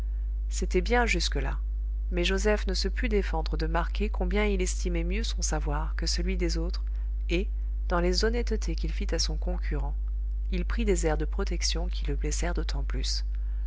c'était bien jusque-là mais joseph ne se put défendre de marquer combien il estimait mieux son savoir que celui des autres et dans les honnêtetés qu'il fit à son concurrent il prit des airs de protection qui le blessèrent d'autant plus